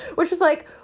which was like,